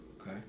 Okay